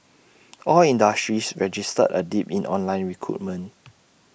all industries registered A dip in online recruitment